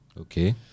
okay